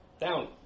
Down